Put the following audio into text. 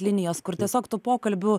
linijos kur tiesiog tų pokalbių